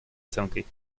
оценкой